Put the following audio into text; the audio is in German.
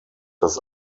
das